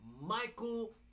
Michael